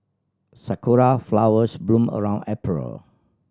sakura flowers bloom around April